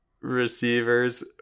Receivers